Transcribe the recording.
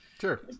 Sure